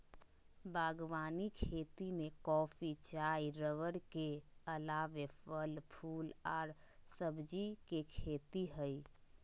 बागवानी खेती में कॉफी, चाय रबड़ के अलावे फल, फूल आर सब्जी के खेती हई